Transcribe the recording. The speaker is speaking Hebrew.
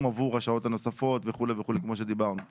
עבור השעות הנוספות וכו' וכו' כמו שדיברנו פה.